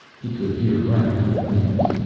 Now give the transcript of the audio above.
he could hear crackling flames.